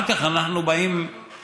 נכון, זה מצער, ואחר כך אנחנו באים בטענות.